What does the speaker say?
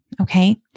Okay